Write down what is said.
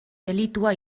delitua